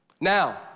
Now